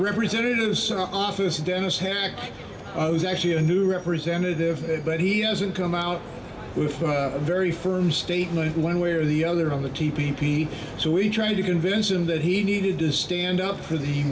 representative sort of office dennis here it was actually a new representative but he hasn't come out with a very firm statement one way or the other on the t p p so we tried to convince him that he needed to stand up for the